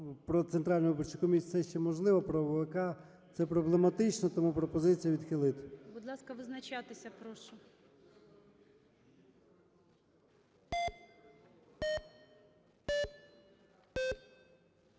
про Центральну виборчу комісію це ще можливо, про ОВК це проблематично, тому пропозиція відхилити. ГОЛОВУЮЧИЙ. Будь ласка, визначатися прошу.